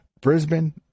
Brisbane